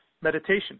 Meditation